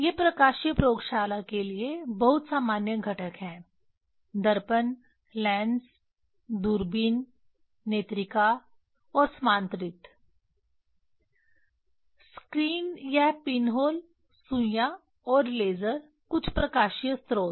ये प्रकाशीय प्रयोगशाला के लिए बहुत सामान्य घटक हैं दर्पण लेंस दूरबीन नेत्रिका और समांतरित्र स्क्रीन यह पिनहोल सुइयाँ और लेजर कुछ प्रकाशीय स्रोत